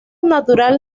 natural